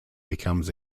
becomes